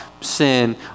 sin